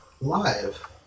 live